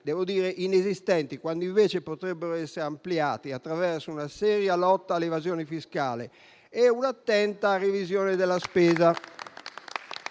inesistenti - quando invece potrebbero essere ampliati attraverso una seria lotta all'evasione fiscale e un'attenta revisione della spesa